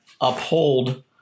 uphold